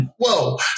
whoa